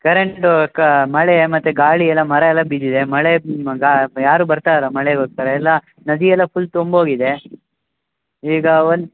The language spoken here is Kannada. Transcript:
ಕರೆಂಟು ಕ ಮಳೆ ಮತ್ತೆ ಗಾಳಿ ಎಲ್ಲ ಮರ ಎಲ್ಲ ಬಿದ್ದಿದೆ ಮಳೆ ಮ ಗಾ ಯಾರು ಬರ್ತಾ ಇಲ್ಲ ಮಳೆಗೋಸ್ಕರ ಎಲ್ಲ ನದಿ ಎಲ್ಲ ಫುಲ್ ತುಂಬಿ ಹೋಗಿದೆ ಈಗ ಒಂದು